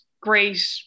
great